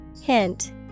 Hint